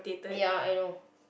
ya I know